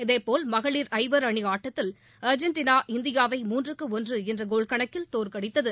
இதேபோல் மகளிர் ஐவர் அணி ஆட்டத்தில் அர்ஜென்டினா இந்தியாவை மூன்றுக்கு ஒன்று என்ற கோல் கணக்கில் தோற்கடித்தது